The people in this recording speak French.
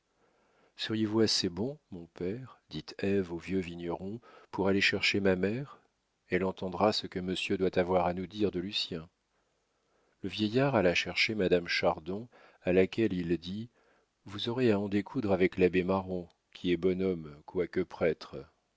seriez-vous assez bon mon père dit ève au vieux vigneron pour aller chercher ma mère elle entendra ce que monsieur doit avoir à nous dire de lucien le vieillard alla chercher madame chardon à laquelle il dit vous aurez à en découdre avec l'abbé marron qui est bon homme quoique prêtre